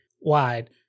wide